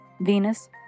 Venus